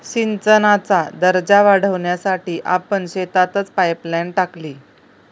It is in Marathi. सिंचनाचा दर्जा वाढवण्यासाठी आपण शेतातच पाइपलाइन टाकली